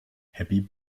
happy